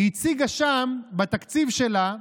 היא הציגה שם, בתקציב שלה,